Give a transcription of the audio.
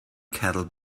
cattle